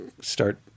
start